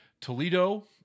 Toledo